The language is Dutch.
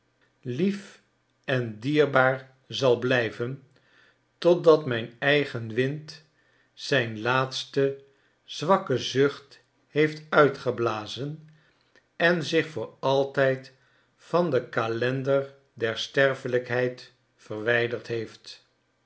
lief en dierbaar zal blijven totdat mijn eigen wind zijn laatsten zwakken zucht heeft uitgeblazen en zich voor altijd van den kalender der sterfelijkheid verwijderd heeft